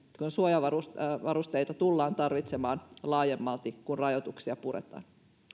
että suojavarusteita tullaan tarvitsemaan laajemmalti kun rajoituksia puretaan